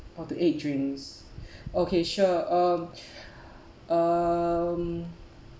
or to eight drinks okay sure um um